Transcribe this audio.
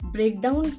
Breakdown